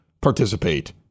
participate